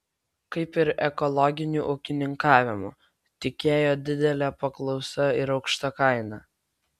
kaip ir ekologiniu ūkininkavimu tikėjo didele paklausa ir aukšta kaina